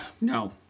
No